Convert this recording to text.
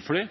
prosesser